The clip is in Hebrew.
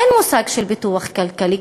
אין מושג של פיתוח כלכלי,